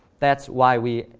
that's why we,